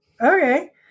Okay